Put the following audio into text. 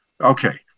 Okay